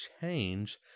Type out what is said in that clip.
change